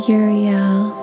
Uriel